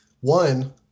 one